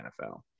nfl